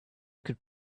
could